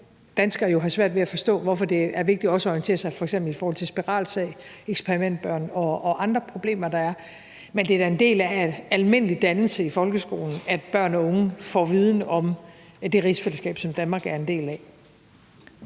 danskere jo have svært ved at forstå, hvorfor det er vigtigt også at orientere sig om f.eks. spiralsagen, eksperimentbørnene og andre problemer, der er. Men det er da en del af almindelig dannelse i folkeskolen, at børn og unge får viden om det rigsfællesskab, som Danmark er en del af.